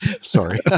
Sorry